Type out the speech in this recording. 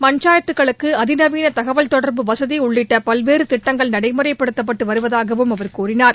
பஞ்சாயத்துகளுக்கு அதிநவீன தகவல் தொடர்பு வசதி உள்ளிட்ட பல்வேறு திட்டங்கள் ் நடைமுறைப்படுத்தப்பட்டு வருவதாகவும் அவர் கூறினார்